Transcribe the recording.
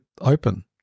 open